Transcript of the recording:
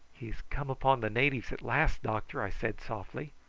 he has come upon the natives at last, doctor, i said softly.